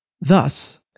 Thus